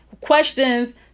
questions